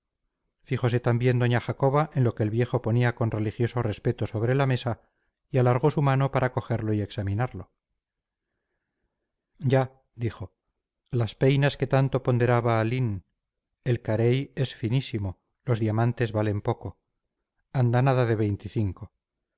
contestó fijose también doña jacoba en lo que el viejo ponía con religioso respeto sobre la mesa y alargó su mano para cogerlo y examinarlo ya dijo las peinas que tanto ponderaba aline el carey es finísimo los diamantes valen poco andanada de veinticinco